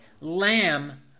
Lamb